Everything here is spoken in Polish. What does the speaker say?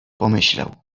pomyślał